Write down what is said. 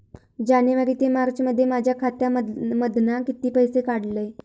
जानेवारी ते मार्चमध्ये माझ्या खात्यामधना किती पैसे काढलय?